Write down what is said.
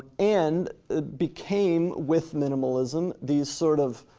and it became, with minimalism, these sort of